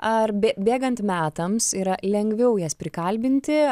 ar bė bėgant metams yra lengviau jas prikalbinti